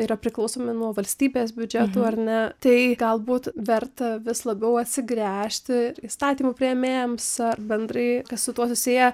yra priklausomi nuo valstybės biudžeto ar ne tai galbūt verta vis labiau atsigręžti įstatymų priėmėjams ar bendrai kas su tuo susiję